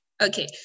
Okay